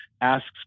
asks